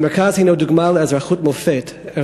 המרכז הוא דוגמה לאזרחות מופת,